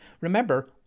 Remember